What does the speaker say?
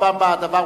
בפעם הבאה.